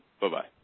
Bye-bye